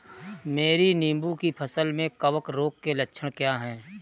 मेरी नींबू की फसल में कवक रोग के लक्षण क्या है?